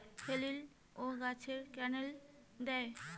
হেলিলিও গাছে ক্যানেল দেয়?